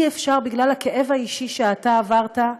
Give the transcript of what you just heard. אי-אפשר, בגלל הכאב האישי שאתה עברת,